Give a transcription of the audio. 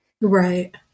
right